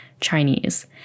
Chinese